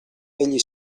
egli